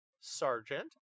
Sergeant